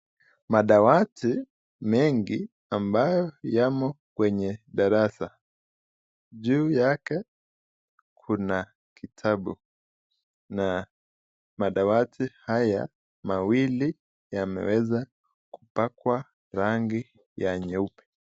Madawati mengi ambayo yamo kwenye darasa juu yake kuna kitabu na madawati haya mawili yameweza kupakwa rangi ya nyeupe.